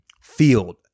Field